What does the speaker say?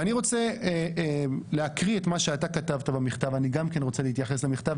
ואני רוצה להקריא את מה שאתה כתבת במכתב אני גם כן רוצה להתייחס למכתב,